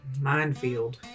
Minefield